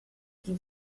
die